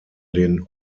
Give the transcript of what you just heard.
den